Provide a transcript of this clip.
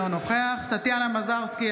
אינו נוכח טטיאנה מזרסקי,